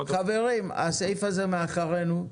חברים, הסעיף הזה מאחורינו.